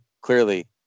clearly